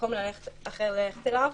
מקום אחר ללכת אליו.